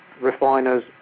refiners